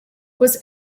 was